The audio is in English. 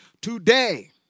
Today